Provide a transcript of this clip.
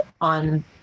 on